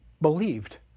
believed